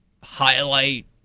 highlight